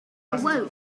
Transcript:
awoke